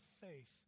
faith